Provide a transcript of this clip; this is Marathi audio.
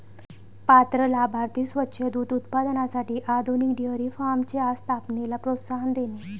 पात्र लाभार्थी स्वच्छ दूध उत्पादनासाठी आधुनिक डेअरी फार्मच्या स्थापनेला प्रोत्साहन देणे